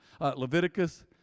Leviticus